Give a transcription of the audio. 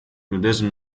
nudism